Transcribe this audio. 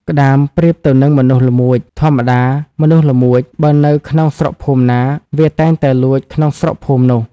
ក្ដាម ប្រៀបទៅនឹងមនុស្សល្មួច ធម្មតាមនុស្សល្មួច បើនៅក្នុងស្រុកភូមិណា វាតែងលួចក្នុងស្រុកភូមិនោះ ។